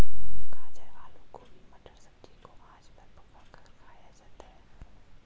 गाजर आलू गोभी मटर सब्जी को आँच पर पकाकर खाया जाता है